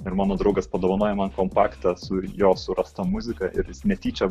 ir mano draugas padovanojo man kompaktą su jo surasta muzika ir netyčia